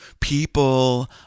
People